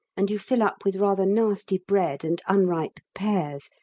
and you fill up with rather nasty bread and unripe pears,